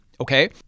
okay